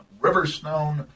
Riverstone